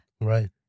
Right